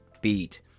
beat